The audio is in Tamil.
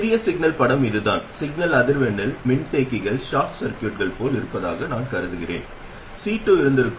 சிறிய சிக்னல் படம் இதுதான் சிக்னல் அதிர்வெண்ணில் மின்தேக்கிகள் ஷார்ட் சர்க்யூட்கள் போல் இருப்பதாக நான் கருதுகிறேன் C2 இருந்திருக்கும்